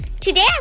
Today